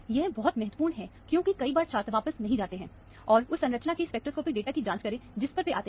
यह बहुत महत्वपूर्ण है क्योंकि कई बार छात्र वापस नहीं जाते हैं और उस संरचना के स्पेक्ट्रोस्कोपिक डेटा की जांच करे जिस पर वे आते हैं